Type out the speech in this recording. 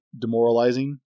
demoralizing